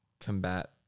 combat